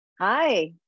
Hi